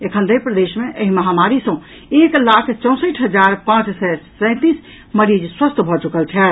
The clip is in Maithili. एखन धरि प्रदेश मे एहि महामारी सँ एक लाख चौसठि हजार पांच सय सैंतीस मरीज स्वस्थ भऽ चुकल छथि